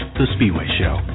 thespeedwayshow